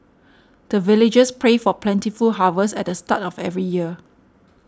the villagers pray for plentiful harvest at the start of every year